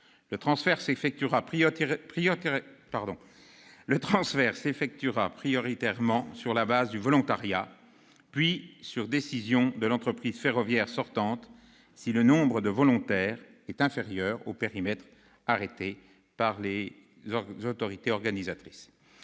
Le transfert s'effectuera prioritairement sur la base du volontariat, puis sur décision de l'entreprise ferroviaire sortante si le nombre de volontaires est inférieur au périmètre arrêté par les autorités organisatrices.